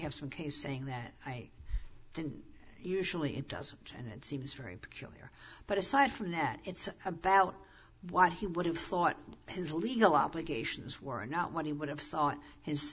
have some case saying that i can usually it doesn't and it seems very peculiar but aside from that it's about what he would have thought his legal obligations were not what he would have sought his